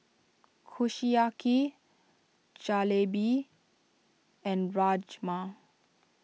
Kushiyaki Jalebi and Rajma